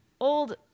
old